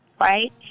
Right